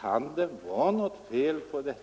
Kan det vara något fel med det,